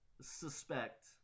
suspect